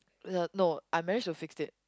no I manage to fix it